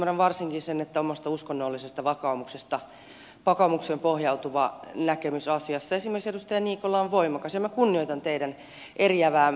ymmärrän varsinkin sen että omaan uskonnolliseen vakaumukseen pohjautuva näkemys asiassa esimerkiksi edustaja niikolla on voimakas ja minä kunnioitan teidän mielipidettänne tässä asiassa